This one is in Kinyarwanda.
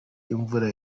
imvura